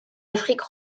afrique